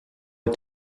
est